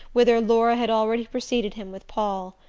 whither laura had already preceded him with paul.